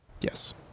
Yes